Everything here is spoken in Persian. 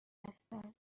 هستند